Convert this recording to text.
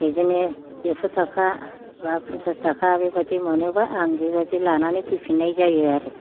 बिजोंनो एकस'थाखा बा फनसास थाखा बेबादि मोनोब्ला आं बिबादि लानानै फैफिनाय जायो आरो